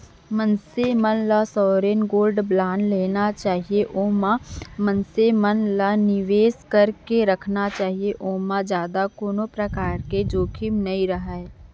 मनसे मन ल सॉवरेन गोल्ड बांड लेना चाही ओमा मनसे मन ल निवेस करके रखना चाही ओमा जादा कोनो परकार के जोखिम नइ रहय